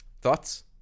Thoughts